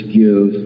give